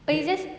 but it's just